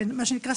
מה שנקרא,